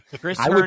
Chris